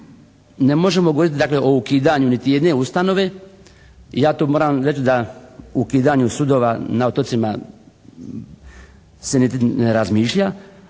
ne možemo govoriti o ukidanju dakle niti jedne ustanove. Ja to moram reći da ukidanju sudova na otocima se niti razmišlja.